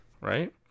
right